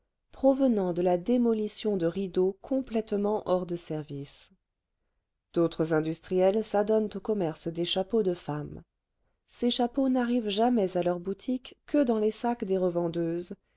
provenant de la démolition de rideaux complètement hors de service d'autres industriels s'adonnent au commerce des chapeaux de femme ces chapeaux n'arrivent jamais à leur boutique que dans les sacs des revendeuses